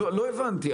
לא הבנתי.